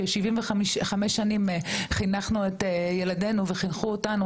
ש- 75 שנים חינכנו את ילדינו וחינכו אותנו,